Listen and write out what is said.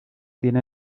tiene